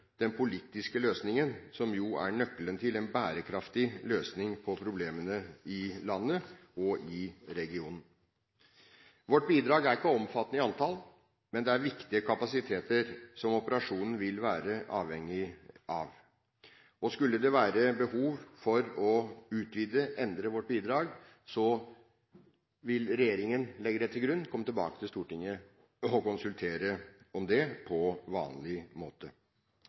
den politiske løsningen, som er nøkkelen til en bærekraftig løsning på problemene i landet og i regionen. Vårt bidrag er ikke omfattende i antall, men det er viktige kapasiteter, som operasjonen vil være avhengig av. Skulle det være behov for å utvide eller endre vårt bidrag, legger jeg til grunn at regjeringen vil komme tilbake til Stortinget og konsultere om det på vanlig måte.